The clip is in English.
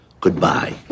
goodbye